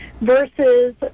versus